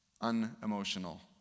unemotional